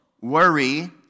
worry